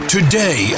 Today